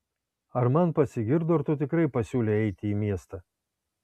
ar man pasigirdo ar tu tikrai pasiūlei eiti į miestą